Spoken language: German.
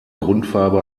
grundfarbe